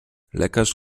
lekarz